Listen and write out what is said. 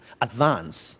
advance